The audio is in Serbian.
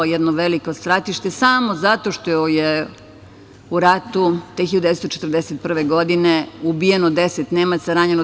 Jedno veliko stratište, a samo zato što je u ratu te 1941. godine ubijeno 10 Nemaca, ranjeno 27.